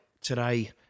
today